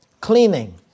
Cleaning